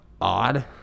Odd